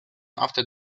after